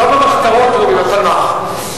לא במחתרות, בפלמ"ח.